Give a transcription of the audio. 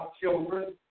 children